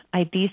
ID